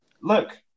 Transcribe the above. look